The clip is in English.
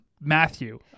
Matthew